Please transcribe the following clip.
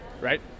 right